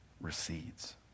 recedes